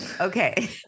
Okay